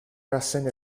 rassegne